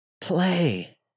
Play